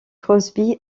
crosby